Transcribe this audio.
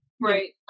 Right